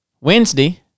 Wednesday